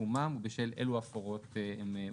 סכומם ובשל אילו הפרות הם הוטלו.